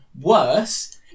worse